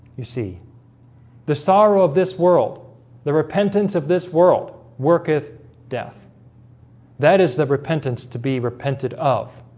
you see the sorrow of this world the repentance of this world worketh death that is the repentance to be repented of